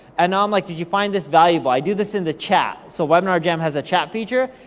and now i'm like, did you find this valuable? i do this in the chat, so webinar jam has a chat feature,